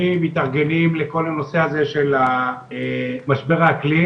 אנחנו מתחילים ישיבה משותפת של ועדת הפנים ביחד עם הוועדה לביטחון פנים.